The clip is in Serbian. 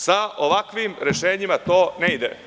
Sa ovakvim rešenjima to ne ide.